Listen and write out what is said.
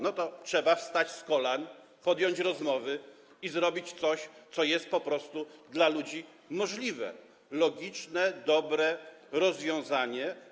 No to trzeba wstać z kolan, podjąć rozmowy i zrobić coś, co jest po prostu dla ludzi możliwe: logiczne, dobre rozwiązanie.